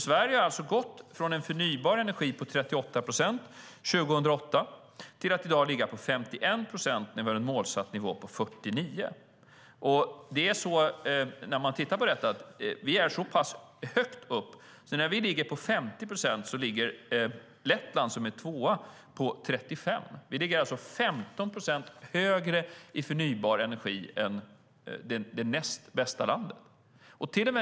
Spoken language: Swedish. Sverige har alltså gått från en förnybar energi på 38 procent 2008 till att i dag ligga på 51 procent, och det ligger över den målsatta nivån på 49 procent. Vi ligger så pass högt upp att när vi har 50 procent har Lettland, som är tvåa, 35 procent. Vi ligger alltså 15 procent högre i förnybar energi än det näst bästa landet.